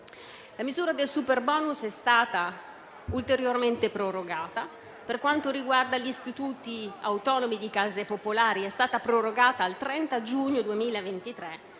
La misura del superbonus è stata ulteriormente prorogata: per quanto riguarda gli Istituti autonomi case popolari al 30 giugno 2023,